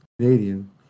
Canadian